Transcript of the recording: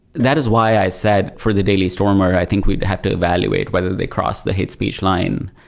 that is why i said for the daily stormer, i think we'd have to evaluate whether the crossed the hate speech line.